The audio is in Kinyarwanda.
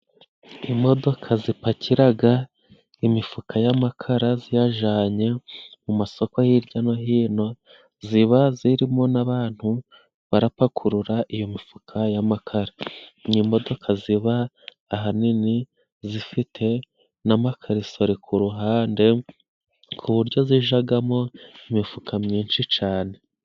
Imodoka zipakiraga imifuka y'amakara ziyajanye mu masoko hirya no hino, ziba zirimo n'abantu barapakurura iyo mifuka y'amakara. Ni imodoka ziba ahanini zifite n'amakarisore ku ruhande, ku buryo zijagamo imifuka myinshi cane.